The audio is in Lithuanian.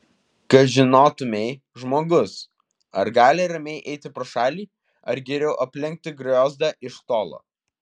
kad žinotumei žmogus ar gali ramiai eiti pro šalį ar geriau aplenkti griozdą iš tolo